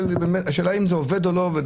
השאלה אם זה עובד או לא.